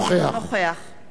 משה מטלון,